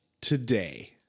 today